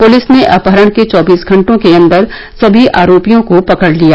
police ने अपहरण के चौबीस घंटों के अंदर सभी आरोपियों को पकड़ लिया